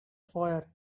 foyer